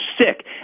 sick